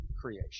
creation